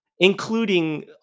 Including